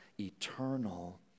eternal